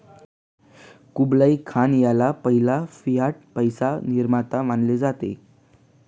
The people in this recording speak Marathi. कुबलाई खान ह्याला पहिला फियाट पैसा निर्माता मानले जाते